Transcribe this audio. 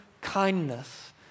kindness